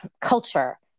culture